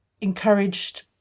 encouraged